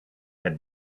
had